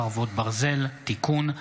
חרבות ברזל) (תיקון),